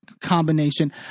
combination